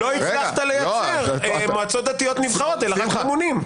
-- לא הצלחת לייצר מועצות דתיות נבחרות אלא רק ממונים?